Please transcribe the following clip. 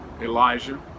Elijah